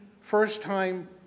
first-time